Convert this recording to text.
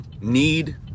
need